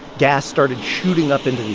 gas started shooting up into the